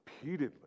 repeatedly